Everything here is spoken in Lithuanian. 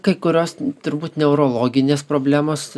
kai kurios turbūt neurologinės problemos